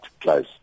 close